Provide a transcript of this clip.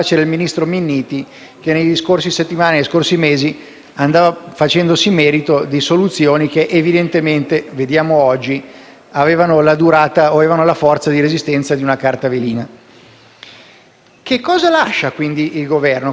andava prendendosi il merito di soluzioni che, evidentemente, come vediamo oggi, avevano la durata e la forza di resistenza di una carta velina. Che cosa lascia, quindi, il Governo? Quali sono le eredità? Possono esservi anche progetti iniziati e non conclusi.